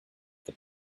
that